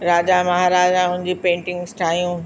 राजा महाराजाउनि जी पेंटिंग्स ठाहियूं